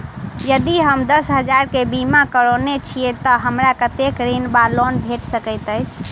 यदि हम दस हजार केँ बीमा करौने छीयै तऽ हमरा कत्तेक ऋण वा लोन भेट सकैत अछि?